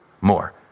More